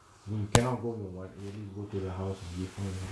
you cannot go you want at least go to the house and give money